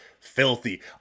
filthy